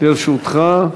לרשותך.